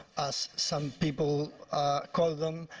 as some people call them,